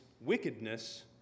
wickedness